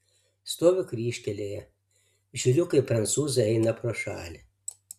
stoviu kryžkelėje žiūriu kaip prancūzai eina pro šalį